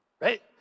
right